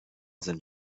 sind